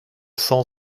cent